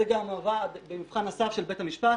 זה גם עבד במבחן הסף של בית המשפט.